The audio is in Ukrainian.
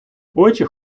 очі